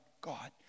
God